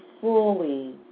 fully